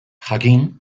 jakin